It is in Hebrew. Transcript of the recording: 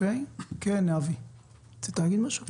יש הערות?